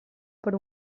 per